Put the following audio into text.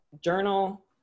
journal